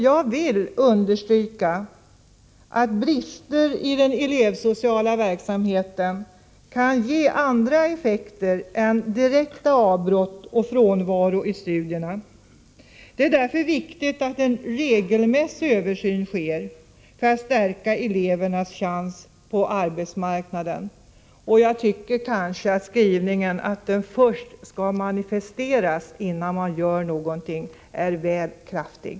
Jag vill dock understryka att brister i den elevsociala verksamheten kan ge andra effekter än direkta avbrott och frånvaro från studierna. Det är därför viktigt att en regelmässig översyn sker, för att stärka elevernas chans på arbetsmarknaden. Jag tycker nog att skrivningen om att en otillräcklig omfattning av de elevsociala insatserna först skall manifesteras innan man gör någonting är väl kraftig.